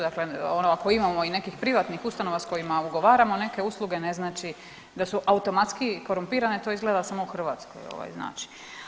Dakle, ono ako imamo i nekih privatnih ustanova s kojima ugovaramo neke usluge ne znači da su automatski korumpirane to je izgleda samo u Hrvatskoj ovaj znači.